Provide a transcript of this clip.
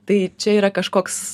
tai čia yra kažkoks